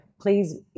Please